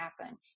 happen